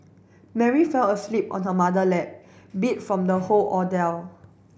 Mary fell asleep on her mother lap beat from the whole